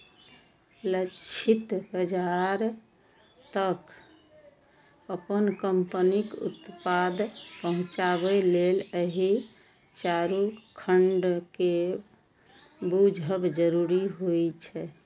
लक्षित बाजार तक अपन कंपनीक उत्पाद पहुंचाबे लेल एहि चारू खंड कें बूझब जरूरी होइ छै